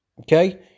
okay